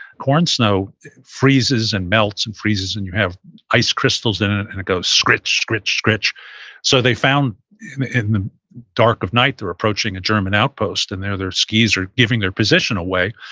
corn snow freezes and melts and freezes, and you have ice crystals in it, and it goes scritch, scritch, scritch so they found in in the dark of night, they're approaching a german outpost, and their skis are giving their position away.